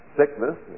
sickness